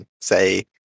say